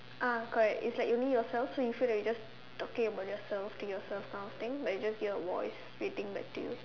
ah correct it's like you need yourself so you feel like you're just talking about yourself to yourself kind of thing but you just hear a voice greeting back to you